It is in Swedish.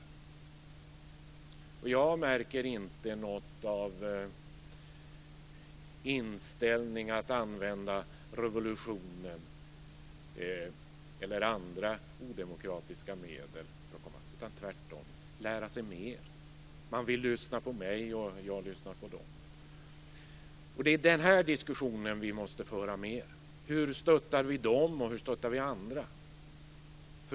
Jag märker inte något av inställningen att använda revolutionen eller andra odemokratiska medel för att komma fram. Tvärtom handlar det om en vilja att lära sig mer. Man vill lyssna på mig, och jag lyssnar på dem. Det är den diskussionen som vi måste föra mer. Hur stöttar vi dessa människor, och hur stöttar vi andra?